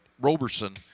Roberson